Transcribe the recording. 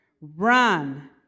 Run